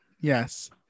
yes